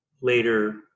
later